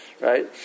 Right